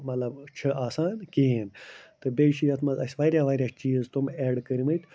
مطلب چھِ آسان کِہیٖنۍ تہٕ بیٚیہِ چھِ یَتھ منٛز اَسہِ واریاہ واریاہ چیٖز تِم اٮ۪ڈ کٔرۍمٕتۍ